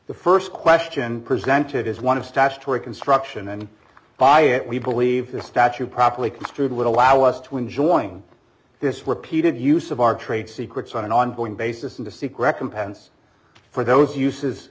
the first question presented is one of statutory construction and by it we believe the statue properly construed would allow us to enjoying this repeated use of our trade secrets on an ongoing basis and to seek recompense for those uses